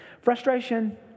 frustration